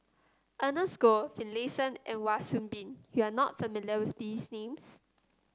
Ernest Goh Finlayson and Wan Soon Bee you are not familiar with these names